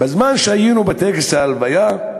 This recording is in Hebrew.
בזמן שהיינו בטקס ההלוויה,